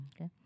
Okay